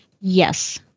Yes